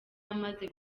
amaze